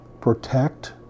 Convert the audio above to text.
protect